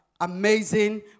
amazing